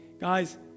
Guys